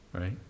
Right